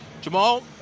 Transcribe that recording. Jamal